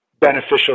beneficial